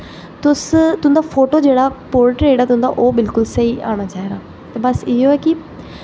तुस तुं'दा फोटो जेह्ड़ा पोर्ट्रेट ऐ ओह् तुं'दा बिल्कुल स्हेई आना चाहिदा ते बस इ'यो ऐ कि